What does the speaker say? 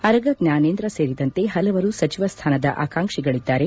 ಅರಗ ಜ್ವಾನೇಂದ್ರ ಸೇರಿದಂತೆ ಹಲವರು ಸಚಿವ ಸ್ಥಾನದ ಆಕಾಂಕ್ಷಿಗಳಿದ್ದಾರೆ